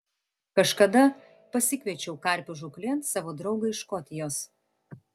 kažkada pasikviečiau karpių žūklėn savo draugą iš škotijos